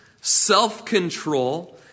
self-control